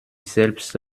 selbst